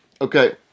Okay